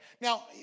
Now